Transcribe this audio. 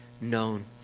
known